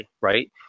right